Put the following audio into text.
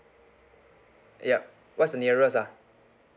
yup what's the nearest ah